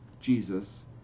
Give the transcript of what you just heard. Jesus